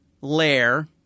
lair